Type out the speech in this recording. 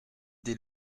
des